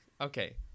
okay